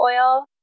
oil